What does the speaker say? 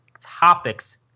topics